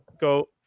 go